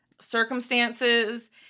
circumstances